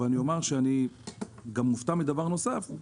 אבל אני אומר שאני מופתע מדבר נוסף,